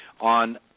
on